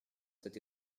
cet